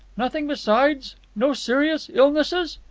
nothing besides? no serious illnesses?